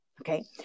Okay